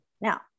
Now